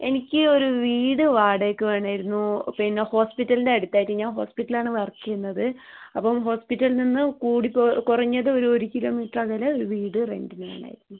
എനിക്ക് ഒരു വീട് വാടകയ്ക്ക് വേണമായിരുന്നു പിന്നെ ഹോസ്പിറ്റലിൻ്റെ അടുത്ത് ആയിട്ട് ഞാൻ ഹോസ്പിറ്റലിൽ ആണ് വർക്ക് ചെയ്യുന്നത് അപ്പം ഹോസ്പിറ്റലിൽ നിന്ന് കൂടി കുറഞ്ഞത് ഒരു ഒരു കിലോമീറ്റർ അകലെ ഒരു വീട് റെൻറ്റിന് വേണമായിരുന്നു